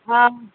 हँ